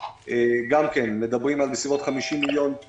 גם כן מדובר בפגיעה: בסביבות 50 מיליון שקל